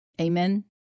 Amen